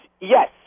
yes